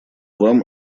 вам